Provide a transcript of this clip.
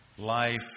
Life